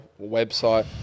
website